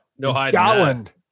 Scotland